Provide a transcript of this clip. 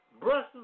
brushes